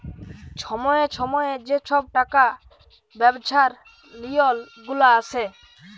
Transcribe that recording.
ছময়ে ছময়ে যে ছব টাকা ব্যবছার লিওল গুলা আসে